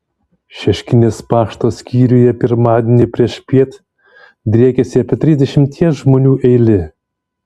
šeškinės pašto skyriuje pirmadienį priešpiet driekėsi apie trisdešimties žmonių eilė